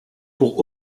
pour